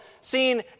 seen